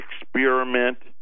Experiment